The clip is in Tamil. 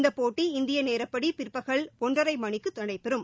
இந்தப் போட்டி இந்திய நேரப்படி பிற்பகல் ஒன்றரை மணிக்கு நடைபெறும்